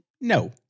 no